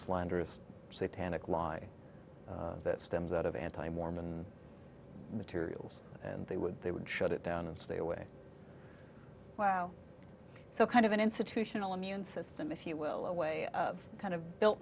slanderous to say tanach lie that stems out of anti mormon materials and they would they would shut it down and stay away wow so kind of an institutional immune system if you will a way of kind of built